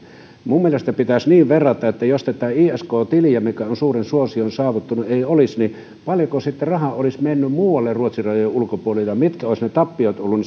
minun mielestäni pitäisi verrata niin että jos tätä isk tiliä mikä on suuren suosion saavuttanut ei olisi niin paljonko rahaa olisi sitten mennyt muualle ruotsin rajojen ulkopuolelle mitkä olisivat ne tappiot olleet